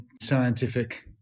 scientific